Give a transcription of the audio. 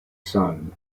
son